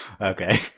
okay